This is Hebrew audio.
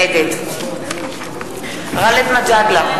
נגד גאלב מג'אדלה,